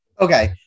Okay